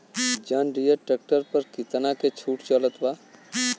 जंडियर tractor पर कितना के छूट चलत बा?